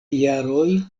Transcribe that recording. jaroj